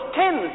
ten